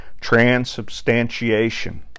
transubstantiation